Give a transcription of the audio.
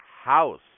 House